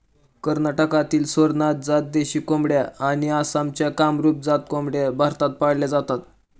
कर्नाटकातील स्वरनाथ जात देशी कोंबड्या आणि आसामच्या कामरूप जात कोंबड्या भारतात पाळल्या जातात